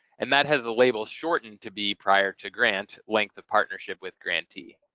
and that has the label shortened to be prior to grant, length of partnership with grantee.